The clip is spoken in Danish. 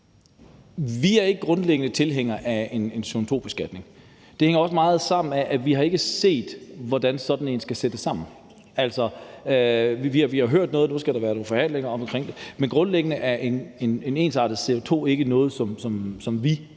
Vi er grundlæggende ikke tilhængere af en CO2-beskatning. Det hænger også meget sammen med, at vi ikke har set, hvordan sådan noget skal sættes sammen. Vi har hørt, at der skal være nogle forhandlinger om det, men grundlæggende er en ensartet CO2-afgift ikke noget, som er